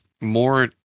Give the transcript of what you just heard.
more